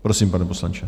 Prosím, pane poslanče.